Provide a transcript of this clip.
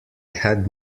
had